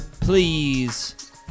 Please